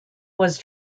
was